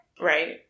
Right